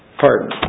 pardon